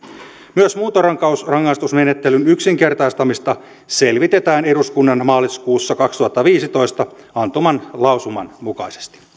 myös muuntorangaistusmenettelyn yksinkertaistamista selvitetään eduskunnan maaliskuussa kaksituhattaviisitoista antaman lausuman mukaisesti